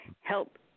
help